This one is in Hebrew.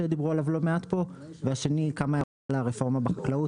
שדיברו עליו לא מעט פה והשני כמה הערות על הרפורמה בחקלאות,